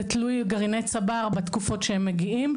זה תלוי גרעיני צבר בתקופות שהם מגיעים,